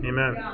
Amen